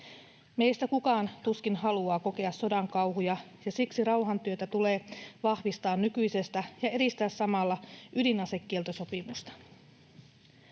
Meistä kukaan tuskin haluaa kokea sodan kauhuja, ja siksi rauhantyötä tulee vahvistaa nykyisestä ja edistää samalla ydinasekieltosopimusta.